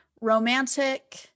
romantic